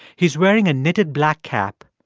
he's wearing a knitted black cap,